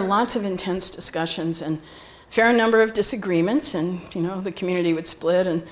were lots of intense discussions and fair number of disagreements and you know the community would split and